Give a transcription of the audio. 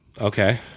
Okay